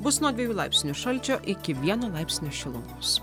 bus nuo dviejų laipsnių šalčio iki vieno laipsnio šilumos